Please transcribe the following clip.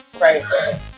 Right